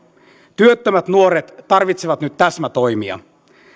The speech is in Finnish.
työttömät nuoret tarvitsevat nyt täsmätoimia